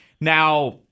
Now